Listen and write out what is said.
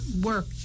work